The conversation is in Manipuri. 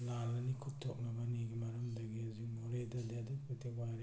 ꯂꯥꯟ ꯑꯅꯤ ꯈꯨꯠ ꯊꯣꯛꯅꯕ ꯑꯅꯤꯒꯤ ꯃꯔꯝꯗꯒꯤ ꯍꯧꯖꯤꯛ ꯃꯣꯔꯦꯗꯗꯤ ꯑꯗꯨꯛꯀꯤ ꯃꯇꯤꯛ ꯋꯥꯔꯦ